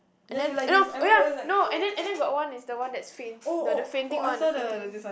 and then you know oh ya no and then and then got one is the one that faint the the fainting one the fainting one